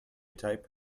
type